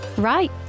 Right